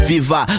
Viva